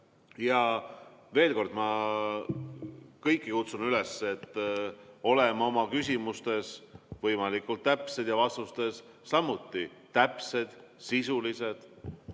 Veel kord: ma kutsun kõiki üles olema oma küsimustes võimalikult täpsed ja vastustes samuti täpsed, sisulised,